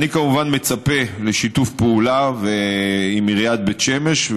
אני כמובן מצפה לשיתוף פעולה עם עיריית בית שמש,